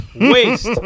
Waste